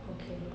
okay